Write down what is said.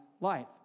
life